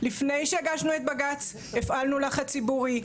לפני שהגשנו את בג"צ הפעלנו לחץ ציבורי,